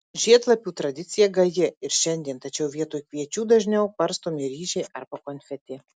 žiedlapių tradicija gaji ir šiandien tačiau vietoj kviečių dažniau barstomi ryžiai arba konfeti